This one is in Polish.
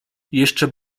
jeszcze